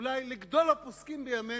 אולי לגדול הפוסקים בימינו,